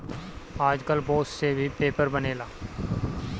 आजकल बांस से भी पेपर बनेला